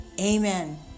amen